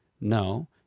No